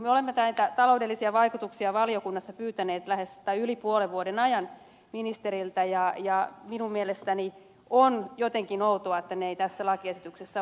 me olemme näitä taloudellisia vaikutuksia valiokunnassa pyytäneet yli puolen vuoden ajan ministeriltä ja minun mielestäni on jotenkin outoa että ne eivät tässä lakiesityksessä ole mukana